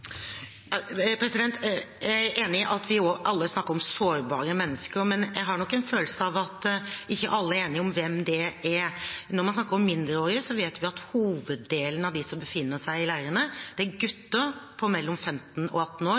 Jeg er enig i at vi alle snakker om sårbare mennesker, men jeg har nok en følelse av at ikke alle er enige om hvem de er. Når vi snakker om mindreårige, vet vi at hoveddelen av de som befinner seg i leirene, er gutter på 15–18 år som er fra Afghanistan og